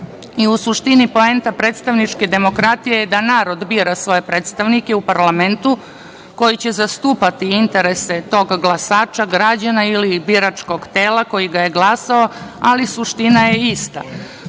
suštini, poenta predstavničke demokratije je da narod bira svoje predstavnike u parlamentu, koji će zastupati interese toga glasača, građana ili biračkog tela koji ga je glasao, ali suština je ista.